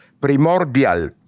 primordial